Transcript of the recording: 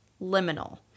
liminal